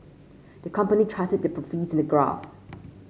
the company charted the profits in a graph